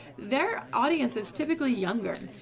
their audience is typically younger.